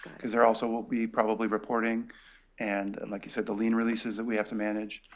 because there also will be probably reporting and, and like you said, the lien releases that we have to manage.